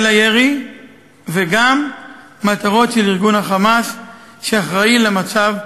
לירי וגם מטרות של ארגון ה"חמאס" שאחראי למצב ברצועת-עזה.